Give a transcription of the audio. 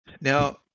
Now